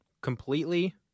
completely